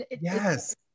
Yes